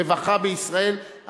רווחה בישראל,